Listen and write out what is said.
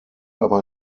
aber